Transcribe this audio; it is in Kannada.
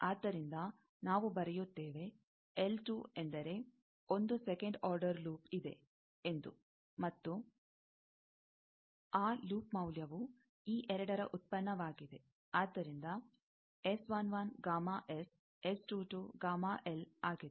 ಆದ್ದರಿಂದ ನಾವು ಬರೆಯುತ್ತೇವೆ ಎಂದರೆ ಒಂದು ಸೆಕಂಡ್ ಆರ್ಡರ್ ಲೂಪ್ ಇದೆ ಎಂದು ಮತ್ತು ಆ ಲೂಪ್ ಮೌಲ್ಯವು ಈ ಎರಡರ ಉತ್ಪನ್ನವಾಗಿದೆ ಆದ್ದರಿಂದ ಆಗಿದೆ